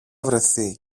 βρεθεί